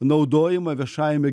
naudojimą viešajame